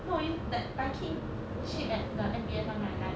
no you like viking ship at the N_B_S [one] right like